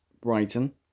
Brighton